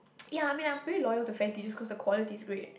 ya I mean I pretty loyal to cause the quality is great